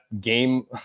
game